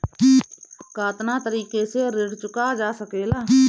कातना तरीके से ऋण चुका जा सेकला?